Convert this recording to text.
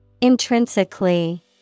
Intrinsically